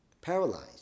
paralyzed